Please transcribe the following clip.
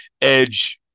Edge